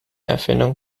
erfindung